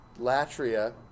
Latria